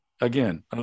again